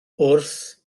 wrth